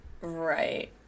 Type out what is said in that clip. Right